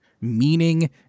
meaning